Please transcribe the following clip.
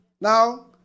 Now